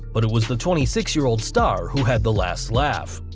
but it was the twenty six year old star who had the last laugh.